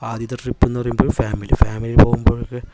ആദ്യത്തെ ട്രിപ്പ് ന്ന് പറയുമ്പോൾ ഫാമിലി ഫാമിലി പോകുമ്പോഴൊക്കെ